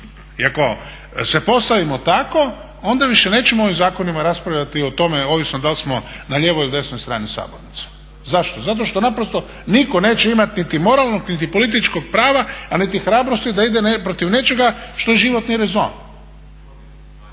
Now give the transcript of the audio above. I ako se postavimo tako onda više nećemo o ovim zakonima raspravljati o tome ovisno da l' smo na lijevoj ili desnoj strani sabornice. Zašto? Zato što naprosto nitko neće imat niti moralnog niti političkog prava, a niti hrabrosti da ide protiv nečega što je životni rezon.